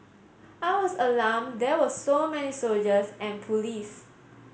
I was alarmed there were so many soldiers and police